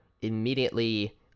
immediately